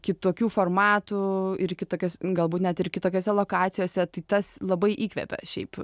kitokių formatų ir kitokias galbūt net ir kitokiose lokacijose tai tas labai įkvepia šiaip